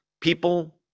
people